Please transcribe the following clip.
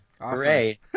Hooray